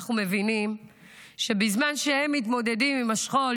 אנחנו מבינים שבזמן שהן מתמודדות עם השכול,